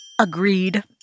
Agreed